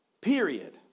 Period